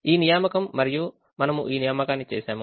ఈ నియామకం మరియు మనము ఈ నియామకాన్ని చేసాము